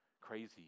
Crazy